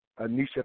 Anisha